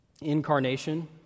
Incarnation